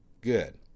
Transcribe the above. good